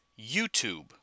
YouTube